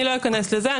אני לא אכנס לזה,